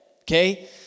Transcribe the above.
okay